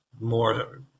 more